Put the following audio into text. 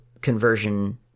conversion